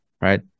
right